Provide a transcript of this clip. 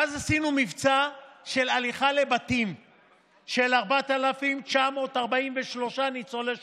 ואז עשינו מבצע של הליכה לבתים של 4,943 ניצולי שואה,